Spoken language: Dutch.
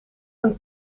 een